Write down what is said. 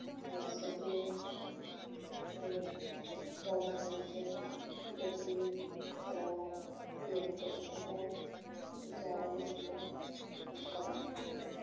ਬਣ ਸਕੇ ਇਹ ਡਾਂਸਰਾਂ ਵਿੱਚ ਕੁਦਰਤੀ ਕਲਾ ਅਤੇ ਐਕਟ ਹੁੰਦਾ ਹੈ ਜੋ ਸਾਰਿਆਂ ਦੇ ਸਾਹਮਣੇ ਪੇਸ਼ ਕਰਦੇ ਹਨ